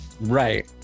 right